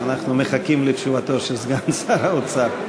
אנחנו מחכים לתשובתו של סגן שר האוצר.